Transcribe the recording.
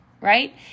right